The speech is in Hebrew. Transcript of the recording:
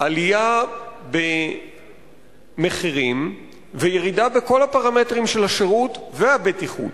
עלייה במחירים וירידה בכל הפרמטרים של השירות והבטיחות.